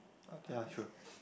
what can I ask you